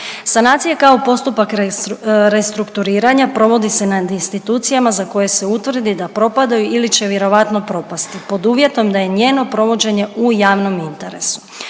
Sanacija kao postupak restrukturiranja provodi se nad institucijama za koje se utvrdi da propadaju ili će vjerojatno propasti pod uvjetom da je njeno provođenje u javnom interesu.